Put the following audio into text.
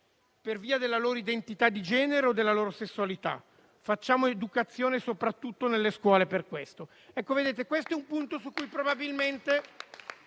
per via della loro identità di genere o della loro sessualità. Facciamo educazione soprattutto nelle scuole per questo». Questo è un punto su cui probabilmente